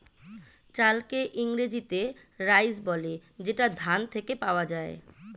চালকে ইংরেজিতে রাইস বলে যেটা ধান থেকে পাওয়া যায়